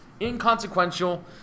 inconsequential